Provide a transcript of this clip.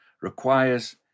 requires